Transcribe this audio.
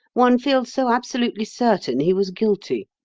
one feels so absolutely certain he was guilty